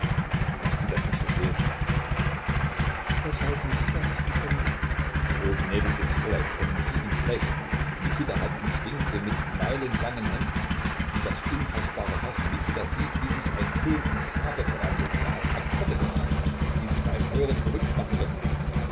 daß du das nicht verstehst weshalb mikita nicht gekommen ist oh gnädiges fräulein kennen sie ihn schlecht mikita hat instinkte mit meilenlangen händen die das unfaßbare fassen mikita sieht wie sich ein ton in farbe verwandelt er hat akkorde gemalt die sie beim hören verrückt machen würden